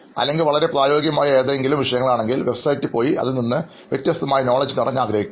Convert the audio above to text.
അല്ലെങ്കിൽ വളരെ പ്രായോഗികമായ ഏതെങ്കിലും വിഷയങ്ങൾ ആണെങ്കിൽ വെബ്സൈറ്റിൽ പോയി അതിൽ നിന്ന് വ്യത്യസ്തമായ അറിവ് നേടാൻ ഞാൻ ആഗ്രഹിക്കുന്നു